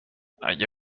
اگه